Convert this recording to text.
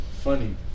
Funny